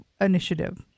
initiative